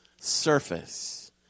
surface